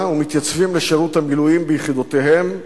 ומתייצבים לשירות המילואים ביחידותיהם ביבשה,